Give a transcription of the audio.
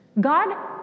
God